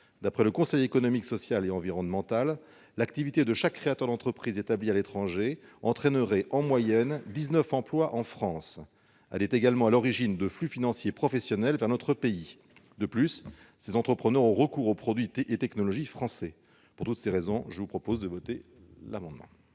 D'après le Conseil économique, social et environnemental, l'activité de chaque créateur d'entreprise établi à l'étranger entraînerait, en moyenne, dix-neuf emplois en France. Elle est également à l'origine de flux financiers professionnels vers notre pays. De plus, ces entrepreneurs ont recours aux produits et technologies français. Quel est l'avis de la commission ? L'objet de l'amendement